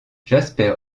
jasper